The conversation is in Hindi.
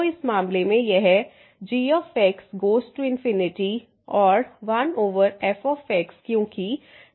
तो इस मामले में यह g गोज़ टू और 1f क्योंकि f गोज़ टू 0 है